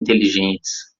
inteligentes